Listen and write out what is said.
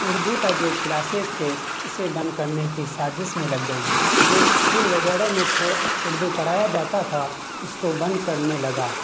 اردو کا جو کلاسز تھے اسے بن کرنے کی سازش میں لگ گئی جو اسکول وغیرہ میں تھو اردو پڑھایا جاتا تھا اس کو بن کرنے لگا